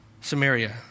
Samaria